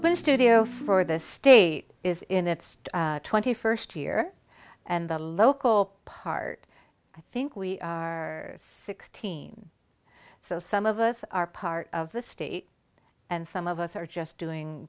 when studio for the state is in its twenty first year and the local part i think we are sixteen so some of us are part of the state and some of us are just doing